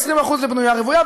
20% לבנייה רוויה,